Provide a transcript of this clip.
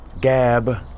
gab